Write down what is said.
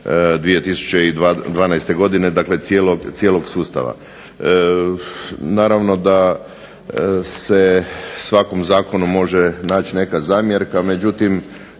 2012. godine, dakle cijelog sustava. Naravno da se svakom zakonu može naći neka zamjerka, međutim